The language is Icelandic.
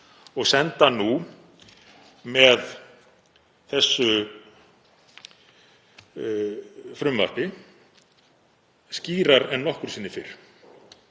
og senda með þessu frumvarpi skýrar en nokkru sinni fyrr.